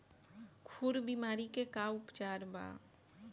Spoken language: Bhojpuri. खुर बीमारी के का उपचार बा?